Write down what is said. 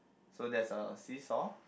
so there's a seesaw